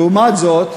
לעומת זאת,